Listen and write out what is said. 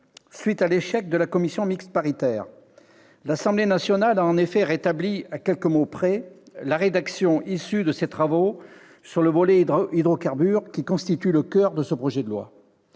suite de l'échec de la commission mixte paritaire, l'Assemblée nationale a en effet rétabli, à quelques mots près, la rédaction issue de ses travaux sur le volet « hydrocarbures », qui constitue le coeur de ce projet de loi.